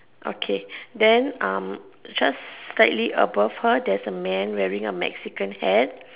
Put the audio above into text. okay then just slightly above her there's a man wearing a Mexican hat